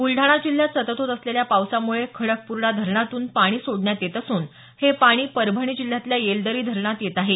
बुलढाणा जिल्ह्यात सतत होत असलेल्या पावसामुळे खडकपूर्णा धरणातून पाणी सोडण्यात येत असून हे पाणी परभणी जिल्ह्यातल्या येलदरी धरणात येत आहे